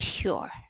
pure